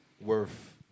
worth